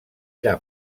era